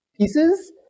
pieces